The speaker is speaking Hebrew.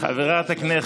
חברי הכנסת,